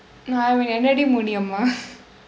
no I'm in என்னடி முடியுமா: ennadi mudiyumaa